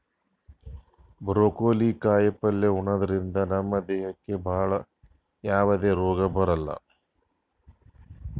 broccoli ಕಾಯಿಪಲ್ಯ ಉಣದ್ರಿಂದ ನಮ್ ದೇಹಕ್ಕ್ ಭಾಳ್ ಯಾವದೇ ರೋಗ್ ಬರಲ್ಲಾ